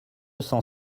cent